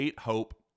Hope